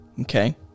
Okay